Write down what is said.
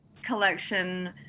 collection